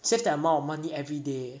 save that amount of money every day